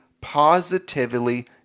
positively